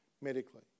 medically